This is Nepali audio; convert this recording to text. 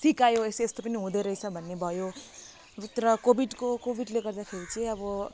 सिकायो यस्तो यस्तो पनि हुँदो रहेछ भन्ने भयो भित्र कोभिडको कोभिडले गर्दाखेरि चाहिँ अब